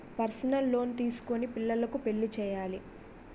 personal loan తీసుకొని పిల్లకు పెళ్లి చేయాలి